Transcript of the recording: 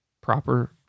proper